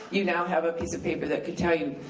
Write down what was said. you now have a piece of paper that can tell you.